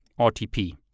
RTP